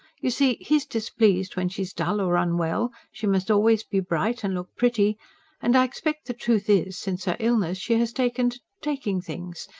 you see he's displeased when she's dull or unwell she must always be bright and look pretty and i expect the truth is, since her illness she has taken to taking things,